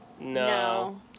No